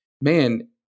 man